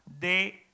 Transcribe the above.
de